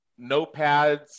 notepads